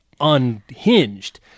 unhinged